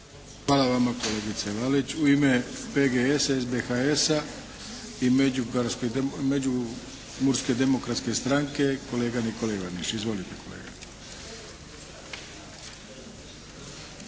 Hvala vama kolegice Lalić. U ime PGS-a, SBHS-a i Međimurske demokratske stranke kolega Nikola Ivaniš. Izvolite kolega!